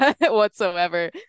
whatsoever